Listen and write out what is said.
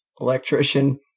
Electrician